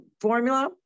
formula